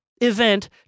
event